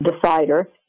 decider